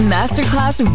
Masterclass